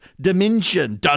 dimension